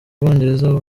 bwongereza